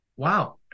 Wow